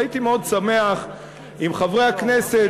והייתי מאוד שמח אם חברי הכנסת,